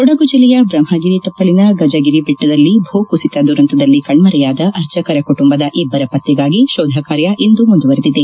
ಕೊಡಗು ಜಿಲ್ಲೆಯ ಬ್ರಹ್ಮಗಿರಿ ತಪ್ಪಲಿನ ಗಜಗಿರಿ ಬೆಟ್ಟದಲ್ಲಿ ಭೂಕುಸಿತ ದುರಂತದಲ್ಲಿ ಕಣ್ಮರೆಯಾದ ಅರ್ಚಕರ ಕುಟುಂಬದ ಇಬ್ಬರ ಪತ್ತೆಗಾಗಿ ಶೋಧಕಾರ್ಯ ಇಂದೂ ಮುಂದುವರೆದಿದೆ